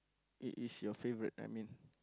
it is your favourite I mean